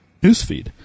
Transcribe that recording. newsfeed